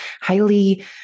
highly